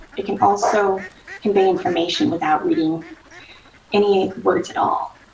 it can also convey information without reading any words at all.